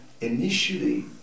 initially